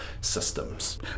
systems